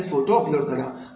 यासाठी photo upload करा